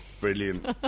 Brilliant